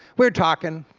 we're talking,